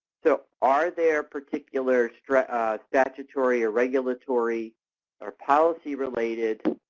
so, are there particular so statutory or regulatory or policy-related